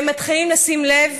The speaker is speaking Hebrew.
הם מתחילים לשים לב